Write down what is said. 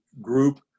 group